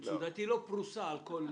מצודתי לא פרוסה על כל הממשלה.